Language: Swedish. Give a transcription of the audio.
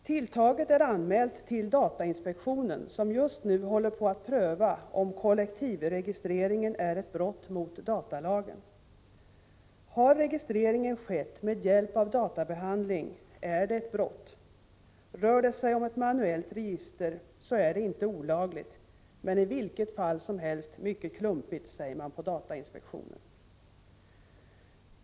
Tilltaget är anmält till datainspektionen, som just nu håller på att pröva om kollektivregistreringen är ett brott mot datalagen. Har registreringen skett med hjälp av databehandling är det ett brott. Rör det sig om ett manuellt register är det inte olagligt, men i vilket fall som helst mycket klumpigt, säger man på datainspektionen.